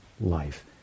life